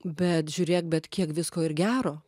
bet žiūrėk bet kiek visko ir gero